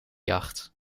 jacht